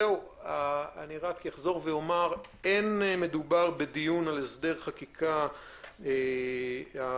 אחזור ואומר שאין מדובר על דיון בהסדר חקיקה ראשית.